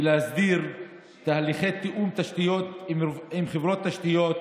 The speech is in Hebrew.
להסדיר תהליכי תיאום תשתיות עם חברות תשתיות